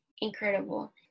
Incredible